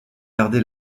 gardé